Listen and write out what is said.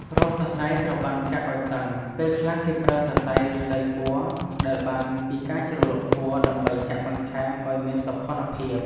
រាល់សរសៃត្រូវបានចាក់ឲ្យតឹង ពេលខ្លះគេប្រើសរសៃឬស្សីពណ៌ ដែលបានពីការជ្រលក់ពណ៌ ដើម្បីចាក់បន្ថែមអោយមានសោភ័ណភាព។